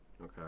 okay